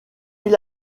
îles